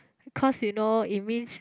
cause you know it means